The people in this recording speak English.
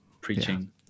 preaching